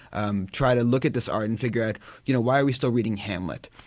um try to look at this art and figure out you know why are we still reading hamlet,